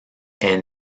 est